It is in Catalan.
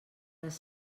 les